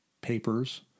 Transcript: papers